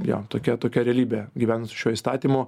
jo tokia tokia realybė gyvens šiuo įstatymu